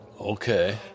Okay